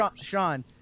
Sean